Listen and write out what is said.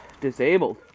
disabled